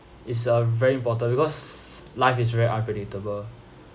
it's a very important because life is very unpredictable